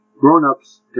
grown-ups